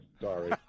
Sorry